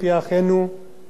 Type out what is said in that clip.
לארץ-ישראל.